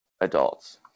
adults